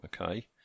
Okay